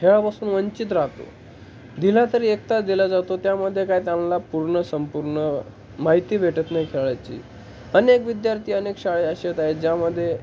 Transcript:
खेळापासून वंचित राहतो दिला तरी एक तास दिला जातो त्यामध्ये काय त्यांना पूर्ण संपूर्ण माहिती भेटत नाही खेळाची अनेक विद्यार्थी अनेक शाळे असेच आहेत ज्यामध्ये